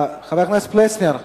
חבר הכנסת פלסנר,